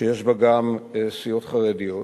שיש בה גם סיעות חרדיות,